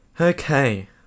Okay